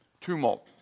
Tumult